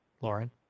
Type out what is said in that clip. Lauren